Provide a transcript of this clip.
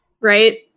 right